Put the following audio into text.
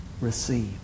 receive